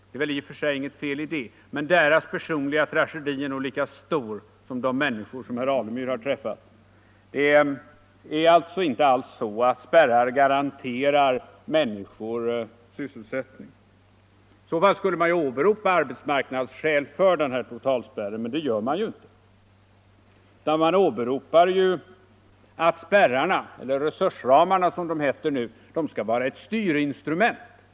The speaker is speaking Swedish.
Det är väl i och för sig inget fel i att vara tidningsbud, men deras personliga tragedi är nog lika stor som de människors som herr Alemyr har träffat. Det är inte så, att spärrar garanterar människors sysselsättning. I så fall skulle man ju åberopa arbetsmarknadsskäl för den här totalspärren, men det gör man inte, utan man åberopar att spärrarna — eller resursramarna, som de heter nu — skall vara ett styrinstrument.